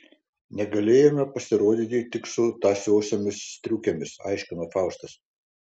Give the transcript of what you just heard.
negalėjome pasirodyti tik su tąsiosiomis striukėmis aiškino faustas